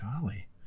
Golly